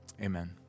Amen